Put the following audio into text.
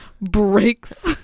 breaks